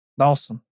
Awesome